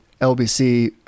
LBC